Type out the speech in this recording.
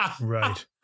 Right